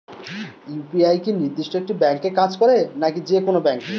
UPI কি নির্দিষ্ট একটি ব্যাংকে কাজ করে নাকি যে কোনো ব্যাংকে?